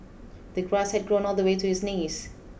the grass had grown all the way to his knees